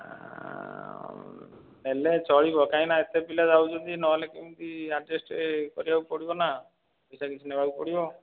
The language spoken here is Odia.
ହେଲେ ଚଳିବ କାହିଁକିନା ଏତେ ପିଲା ଯାଉଛନ୍ତି ନହେଲେ କେମିତି ଆଡ଼୍ଜେଷ୍ଟ୍ କରିବାକୁ ପଡ଼ିବନା ପଇସା କିଛି ନେବାକୁ ପଡ଼ିବ